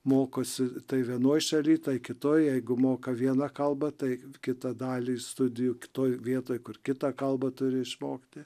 mokosi tai vienoj šaly tai kitoj jeigu moka vieną kalbą tai kitą dalį studijų kitoj vietoj kur kitą kalbą turi išmokti